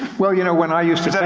well, you know, when i used to